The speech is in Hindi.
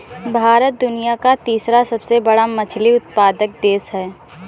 भारत दुनिया का तीसरा सबसे बड़ा मछली उत्पादक देश है